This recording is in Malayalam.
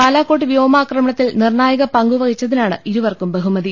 ബാലാക്കോട്ട് വ്യോമാക്രമണത്തിൽ നിർണായക പങ്കുവഹിച്ചതിനാണ് ഇരുവർക്കും ബഹുമതി